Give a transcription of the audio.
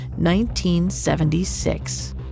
1976